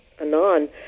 anon